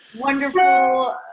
wonderful